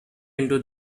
into